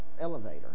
elevator